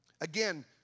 Again